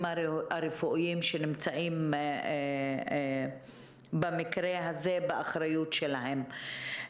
הרפואיים שנמצאים במקרה הזה באחריות שלהם.